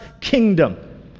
kingdom